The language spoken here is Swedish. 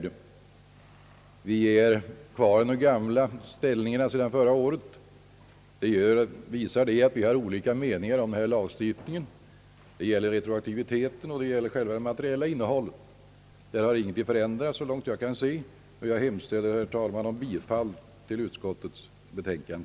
Det visar att vi är kvar i de gamla ställningarna sedan förra året och alltså har olika meningar om denna lagstiftning — det gäller både retroaktiviteten och själva det materiella innehållet. Ingenting har emellertid, såvitt jag kan se, förändrats sedan i fjol, och jag hemställer, herr talman, om bifall till utskottets betänkande.